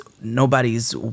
nobody's